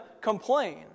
complain